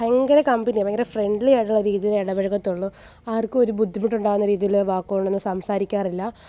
ഭയങ്കര കമ്പനിയാണ് ഭയങ്കര ഫ്രണ്ട്ലിയായിട്ടുള്ള രീതീലിടപഴകത്തൊള്ളു ആർക്കുമൊരു ബുദ്ധിമുട്ടുണ്ടാകുന്ന രീതീൽ വാക്കോണ്ടൊന്ന് സംസാരിക്കാറില്ല